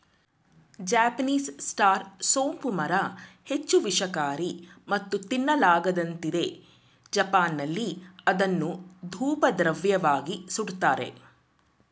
Japanese star ಸೋಂಪು ಮರ ಹೆಚ್ಚು ವಿಷಕಾರಿ ಮತ್ತು ತಿನ್ನಲಾಗದಂತಿದೆ ಜಪಾನ್ನಲ್ಲಿ ಅದನ್ನು ಧೂಪದ್ರವ್ಯವಾಗಿ ಸುಡ್ತಾರೆ